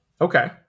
Okay